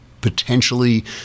potentially